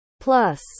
Plus